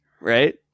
Right